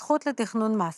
הזכות לתכנון מס